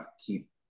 keep